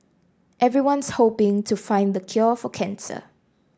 everyone's hoping to find the cure for cancer